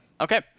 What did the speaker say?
Okay